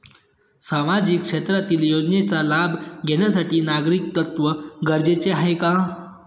सामाजिक क्षेत्रातील योजनेचा लाभ घेण्यासाठी नागरिकत्व गरजेचे आहे का?